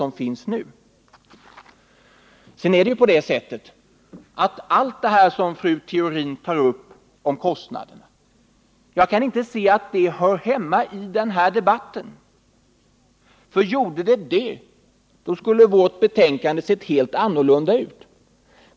Jag kan inte finna att allt det som fru Theorin tar upp om kostnaderna hör hemma i den här debatten. Om det vore fallet skulle betänkandet på den här punkten se helt annorlunda ut.